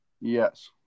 Yes